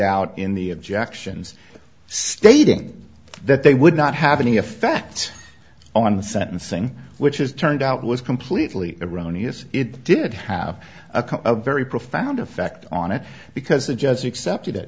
out in the objections stating that they would not have any effect on the sentencing which is turned out was completely erroneous it did have a very profound effect on it because the judge excepted it